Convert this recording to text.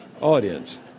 audience